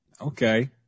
Okay